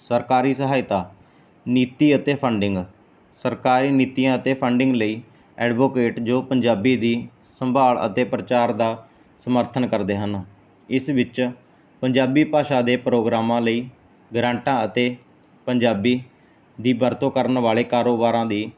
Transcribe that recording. ਸਰਕਾਰੀ ਸਹਾਇਤਾ ਨੀਤੀ ਅਤੇ ਫੰਡਿੰਗ ਸਰਕਾਰੀ ਨੀਤੀਆਂ ਅਤੇ ਫੰਡਿੰਗ ਲਈ ਐਡਵੋਕੇਟ ਜੋ ਪੰਜਾਬੀ ਦੀ ਸੰਭਾਲ ਅਤੇ ਪ੍ਰਚਾਰ ਦਾ ਸਮਰਥਨ ਕਰਦੇ ਹਨ ਇਸ ਵਿੱਚ ਪੰਜਾਬੀ ਭਾਸ਼ਾ ਦੇ ਪ੍ਰੋਗਰਾਮਾਂ ਲਈ ਗਰਾਟਾਂ ਅਤੇ ਪੰਜਾਬੀ ਦੀ ਵਰਤੋਂ ਕਰਨ ਵਾਲੇ ਕਾਰੋਬਾਰਾਂ ਦੀ